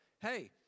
Hey